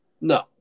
No